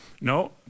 no